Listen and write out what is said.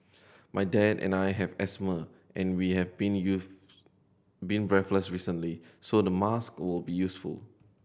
my dad and I have asthma and we have been use been breathless recently so the mask will be useful